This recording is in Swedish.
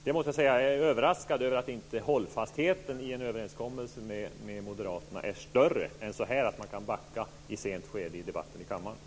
Jag måste säga att jag är överraskad över att hållfastheten i en överenskommelse med moderaterna inte är större än att de i ett sent skede i debatten kan backa ut från den i kammaren.